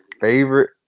favorite